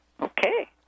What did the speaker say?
Okay